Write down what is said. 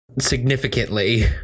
significantly